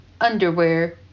underwear